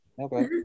Okay